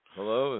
Hello